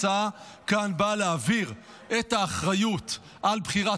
ההצעה כאן באה להעביר את האחריות לבחירת